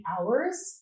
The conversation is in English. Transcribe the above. hours